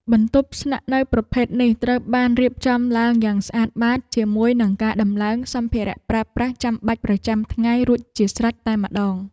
បន្ទប់ស្នាក់នៅប្រភេទនេះត្រូវបានរៀបចំឡើងយ៉ាងស្អាតបាតជាមួយនឹងការដំឡើងសម្ភារៈប្រើប្រាស់ចាំបាច់ប្រចាំថ្ងៃរួចជាស្រេចតែម្ដង។